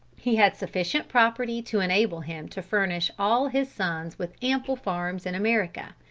he had sufficient property to enable him to furnish all his sons with ample farms in america.